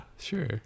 sure